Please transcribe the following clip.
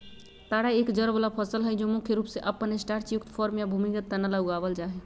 तारा एक जड़ वाला फसल हई जो मुख्य रूप से अपन स्टार्चयुक्त कॉर्म या भूमिगत तना ला उगावल जाहई